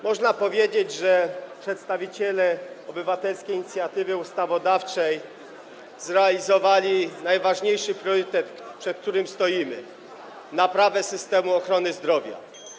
Można powiedzieć, że przedstawiciele obywatelskiej inicjatywy ustawodawczej zrealizowali najważniejszy priorytet, przed jakim stoimy, dotyczący naprawy systemu ochrony zdrowia.